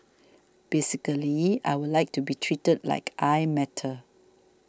basically I would like to be treated like I matter